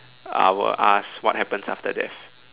I will ask what happens after death